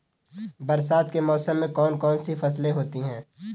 बरसात के मौसम में कौन कौन सी फसलें होती हैं?